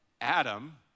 Adam